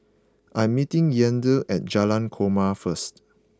I'm meeting Yandel at Jalan Korma first